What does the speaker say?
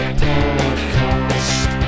podcast